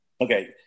Okay